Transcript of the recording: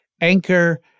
Anchor